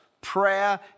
Prayer